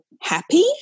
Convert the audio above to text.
happy